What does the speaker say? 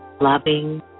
loving